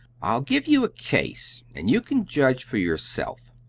i'll give you a case, and you can judge for yourself.